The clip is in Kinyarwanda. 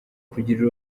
kugira